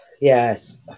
Yes